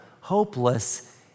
hopeless